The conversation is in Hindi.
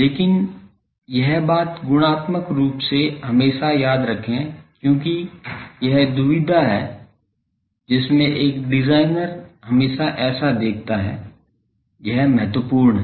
लेकिन यह बात गुणात्मक रूप से हमेशा याद रखें क्योंकि यह दुविधा है जिसमें एक डिजाइनर हमेशा ऐसा देखता है यह महत्वपूर्ण है